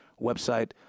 website